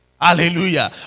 Hallelujah